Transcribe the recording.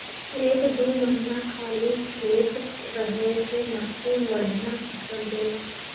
एक दू महीना खाली खेत रहे से मट्टी बढ़िया फसल देला